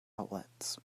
outlets